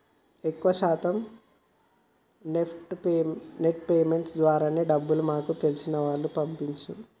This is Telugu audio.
ఎక్కువ శాతం నెఫ్ట్ పేమెంట్స్ ద్వారానే డబ్బుల్ని మాకు తెలిసిన వాళ్లకి పంపించినం